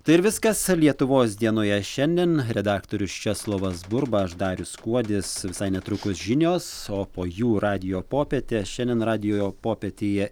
tai ir viskas lietuvos dienoje šiandien redaktorius česlovas burba aš darius kuodis visai netrukus žinios o po jų radijo popietė šiandien radijo popietėje